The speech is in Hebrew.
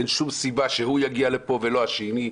אין שום סיבה שהוא יגיע לפה ולא השני.